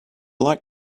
like